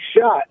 shot